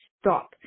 stop